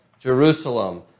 Jerusalem